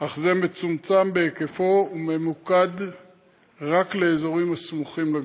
אך הוא מצומצם בהיקפו וממוקד רק באזורים הסמוכים לגבול.